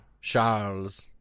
Charles